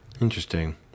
interesting